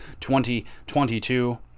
2022